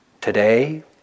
today